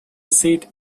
seat